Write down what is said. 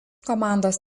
komandos